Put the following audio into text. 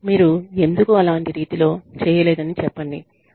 మీరు ఎందుకు అలాంటి రీతిలో చేయలేదని చెప్పండి